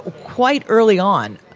quite early on.